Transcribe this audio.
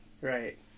Right